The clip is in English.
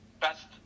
best